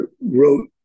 wrote